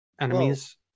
enemies